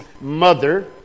mother